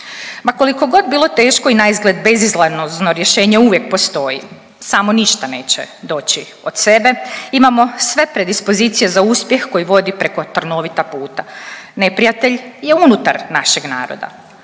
Ma koliko god bilo teško i naizgled bezizlasno rješenje uvijek postoji. Samo ništa neće doći od sebe. Imamo sve predispozicije za uspjeh koji vodi preko trnovita puta. Neprijatelj je unutar našeg naroda.